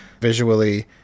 visually